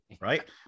right